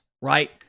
right